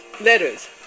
letters